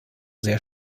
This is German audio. sehr